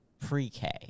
pre-K